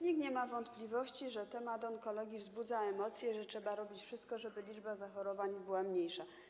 Nikt nie ma wątpliwości, że temat onkologii wzbudza emocje, że trzeba robić wszystko, żeby liczba zachorowań była mniejsza.